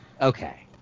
okay